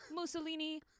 Mussolini